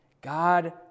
God